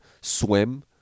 swim